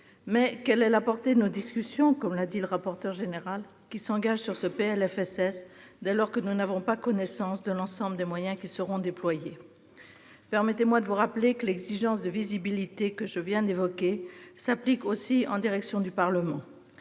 quelle est la portée des discussions que nous engageons sur ce PLFSS, dès lors que nous n'avons pas connaissance de l'ensemble des moyens qui seront déployés ? Permettez-moi de vous rappeler que l'exigence de visibilité que je viens d'évoquer s'applique aussi en direction du Parlement.